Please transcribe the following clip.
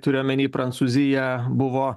turiu omeny prancūziją buvo